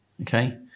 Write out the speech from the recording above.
okay